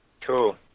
Cool